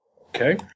Okay